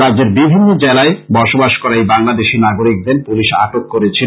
রাজ্যের বিভিন্ন জেলায় বসবাস করা এই বাংলাদেশী নাগরীকদের পুলিশ আটক করেছিল